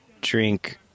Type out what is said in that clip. drink